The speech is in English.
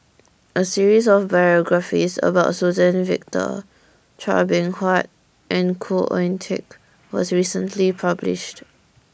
A series of biographies about Suzann Victor Chua Beng Huat and Khoo Oon Teik was recently published